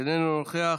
איננו נוכח,